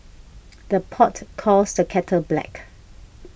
the pot calls the kettle black